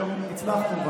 דרך אגב, הם גם קיבלו הנחיה: